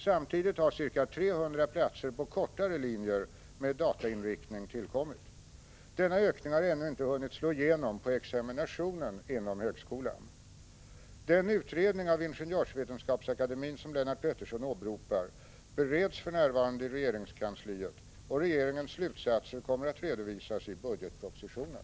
Samtidigt har ca 300 platser på kortare linjer med datainriktning tillkommit. Denna ökning har ännu inte hunnit slå igenom på examinationen inom högskolan. Den utredning av Ingenjörsvetenskapsakademien som Lennart Pettersson åberopar bereds för närvarande i regeringskansliet, och regeringens slutsatser kommer att redovisas i budgetpropositionen.